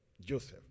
Joseph